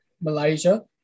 Malaysia